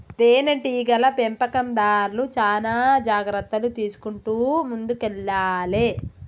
తేనె టీగల పెంపకందార్లు చానా జాగ్రత్తలు తీసుకుంటూ ముందుకెల్లాలే